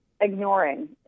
ignoring